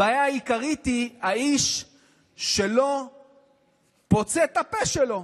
הבעיה העיקרית היא האיש שלא פוצה את הפה שלו.